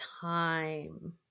time